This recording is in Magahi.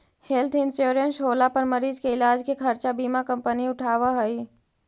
हेल्थ इंश्योरेंस होला पर मरीज के इलाज के खर्चा बीमा कंपनी उठावऽ हई